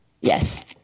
Yes